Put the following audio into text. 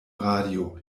radio